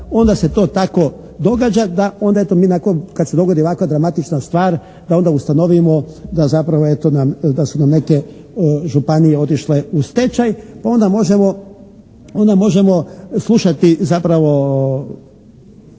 onda tako događa da onda eto mi nakon što se dogodi ovakva dramatična stvar da onda ustanovimo da zapravo eto nam, da su nam neke županije otišle u stečaj, pa onda možemo slušati zapravo